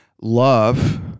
Love